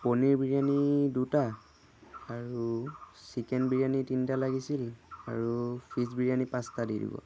পনীৰ বিৰিয়ানী দুটা আৰু চিকেন বিৰিয়ানী তিনিটা লাগিছিল আৰু ফিছ বিৰিয়ানী পাঁচটা দি দিব